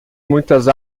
muitas